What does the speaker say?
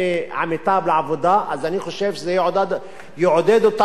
אני חושב שזה יעודד אותה ללכת למשרד של המעסיק,